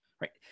right